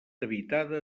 habitada